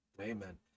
amen